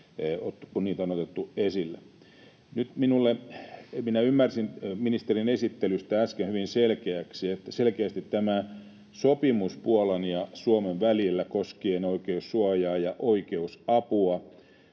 kun niitä on otettu esille. Nyt minä ymmärsin ministerin esittelystä äsken hyvin selkeästi, että tämä sopimus Puolan ja Suomen välillä koskien oikeussuojaa ja oikeusapua